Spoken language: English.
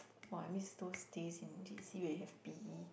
!wow! I miss those days in J_C when you have P_E